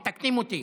מתקנים אותי.